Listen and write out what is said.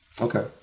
Okay